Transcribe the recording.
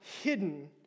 hidden